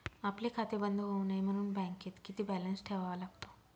आपले खाते बंद होऊ नये म्हणून बँकेत किती बॅलन्स ठेवावा लागतो?